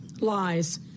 lies